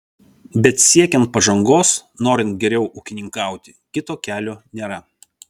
bet siekiant pažangos norint geriau ūkininkauti kito kelio nėra